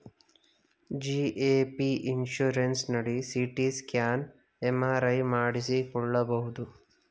GAP insurance ನಡಿ CT scan, MRI ಮಾಡಿಸಿಕೊಳ್ಳಬಹುದು